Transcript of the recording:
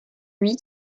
lui